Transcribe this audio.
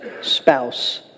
spouse